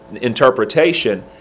interpretation